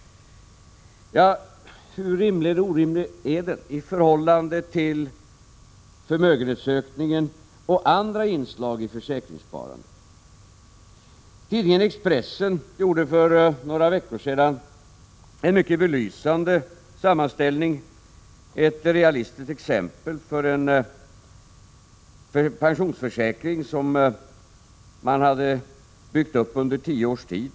Hur rimlig eller orimlig är den i förhållande till förmögenhetsökningen och andra inslag i försäkringssparandet? Tidningen Expressen gjorde för några veckor sedan en mycket belysande sammanställning, ett realistiskt exempel, för en pensionsförsäkring som man hade byggt upp under 10 års tid.